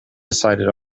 decided